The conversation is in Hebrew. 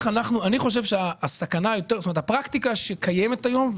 אני חושב שהסכנה הפרקטיקה שקיימת היום,